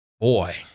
boy